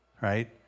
Right